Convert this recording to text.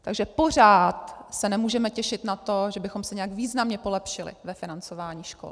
Takže pořád se nemůžeme těšit na to, že bychom se nějak významně polepšili ve financování škol.